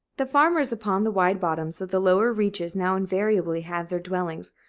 the farmers upon the wide bottoms of the lower reaches now invariably have their dwellings,